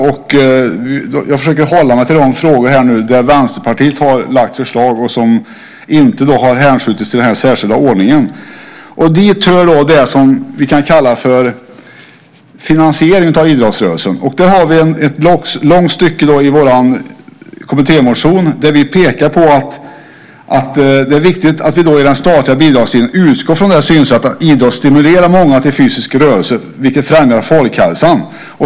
Jag försöker därför hålla mig till de frågor där Vänsterpartiet har lagt fram förslag som inte har hänskjutits till den här särskilda ordningen. Dit hör det som vi kan kalla för finansiering av idrottsrörelsen. Där har vi ett långt stycke i vår kommittémotion där vi pekar på att det är viktigt att vi vid den statliga bidragsgivningen utgår från synsättet att idrott stimulerar många till fysisk rörelse, vilket främjar folkhälsan.